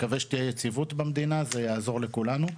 מקווה שתהיה יציבות במדינה, זה יעזור לכולנו.